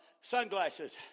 sunglasses